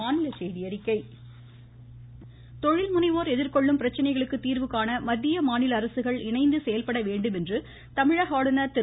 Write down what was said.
பன்வாரிலால் புரோஹித் தொழில்முனைவோர் எதிர்கொள்ளும் பிரச்சினைகளுக்கு தீர்வுகாண மத்திய மாநில அரசுகள் இணைந்து செயல்பட வேண்டும் என்று தமிழக ஆளுநர் திரு